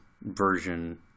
version